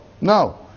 No